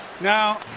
Now